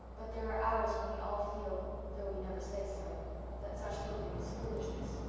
but there are hours when we all feel though we never say so that such hoping is foolishness.